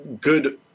good